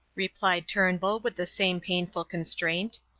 replied turnbull with the same painful constraint.